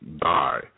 die